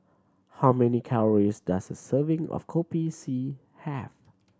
how many calories does a serving of Kopi C have